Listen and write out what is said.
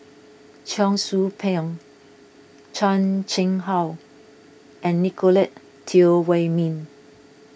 Cheong Soo Pieng Chan Chang How and Nicolette Teo Wei Min